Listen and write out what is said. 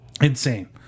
Insane